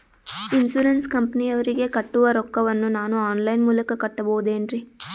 Insurance ಕಂಪನಿಯವರಿಗೆ ಕಟ್ಟುವ ರೊಕ್ಕ ವನ್ನು ನಾನು ಆನ್ ಲೈನ್ ಮೂಲಕ ಕಟ್ಟಬಹುದೇನ್ರಿ?